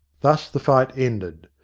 thus the fight ended.